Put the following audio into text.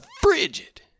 frigid